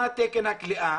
מה תקן הכליאה